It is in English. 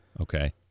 okay